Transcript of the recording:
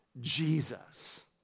Jesus